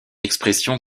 expression